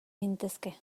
gintezke